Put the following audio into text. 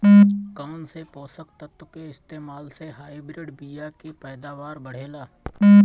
कौन से पोषक तत्व के इस्तेमाल से हाइब्रिड बीया के पैदावार बढ़ेला?